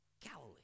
Galilee